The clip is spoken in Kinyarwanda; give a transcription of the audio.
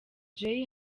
jay